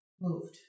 Moved